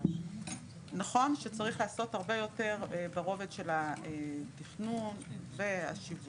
נכון שצריך לעשות הרבה יותר ברובד של התכנון והשיווק,